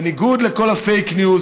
בניגוד לכל הפייק ניוז,